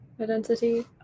identity